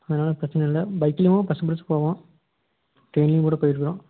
அதனாலே பிரச்சனை இல்லை பைக்லையும் பஸ் பிடிச்சி போவோம் ட்ரைன்லையும் கூட போயிருக்குறோம்